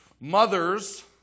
Mothers